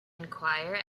enquire